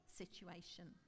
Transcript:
situation